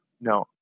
no